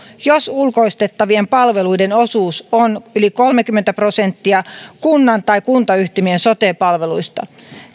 jos ulkoistettavien palveluiden osuus on yli kolmekymmentä prosenttia kunnan tai kuntayhtymien sote palveluista